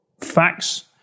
facts